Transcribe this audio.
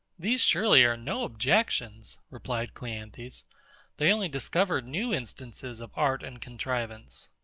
these surely are no objections, replied cleanthes they only discover new instances of art and contrivance.